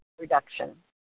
reduction